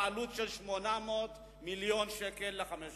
בעלות של 800 מיליון שקל לחמש שנים.